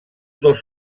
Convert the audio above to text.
dos